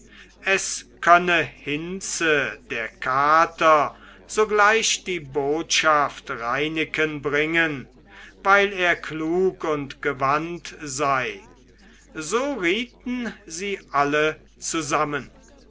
es könne hinze der kater sogleich die botschaft reineken bringen weil er klug und gewandt sei so rieten sie alle zusammen